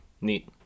Neat